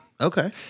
Okay